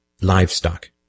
livestock